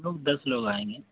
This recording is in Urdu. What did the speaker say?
ہم لوگ دس لوگ آئیں گے